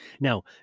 Now